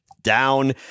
down